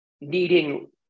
needing